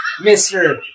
Mr